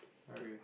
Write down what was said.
are you